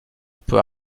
peut